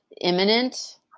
imminent